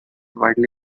widely